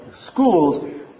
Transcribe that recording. schools